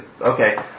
okay